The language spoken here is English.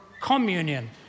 communion